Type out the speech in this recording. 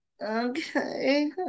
Okay